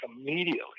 immediately